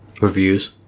reviews